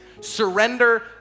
Surrender